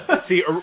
See